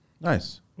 Nice